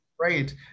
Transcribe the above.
Right